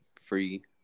Free